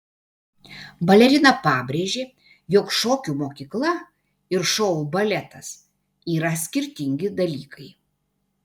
balerina pabrėžė jog šokių mokykla ir šou baletas yra skirtingi dalykai